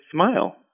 smile